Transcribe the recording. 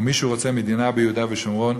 או מישהו רוצה מדינה ביהודה ושומרון,